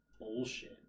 bullshit